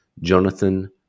Jonathan